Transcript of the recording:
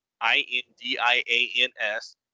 I-N-D-I-A-N-S